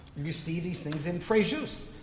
you see these things in frejus,